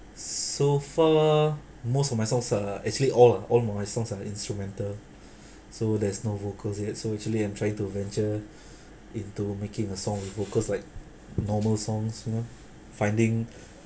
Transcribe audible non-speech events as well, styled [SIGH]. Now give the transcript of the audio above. so far most of my songs are actually all all of my songs are instrumental [BREATH] so there's no vocals yet so actually I'm trying to venture it into making a song with vocals like normal songs you know finding [BREATH]